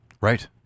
Right